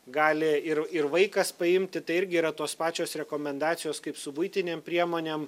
gali ir ir vaikas paimti tai irgi yra tos pačios rekomendacijos kaip su buitinėm priemonėm